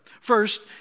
First